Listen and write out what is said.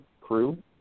crew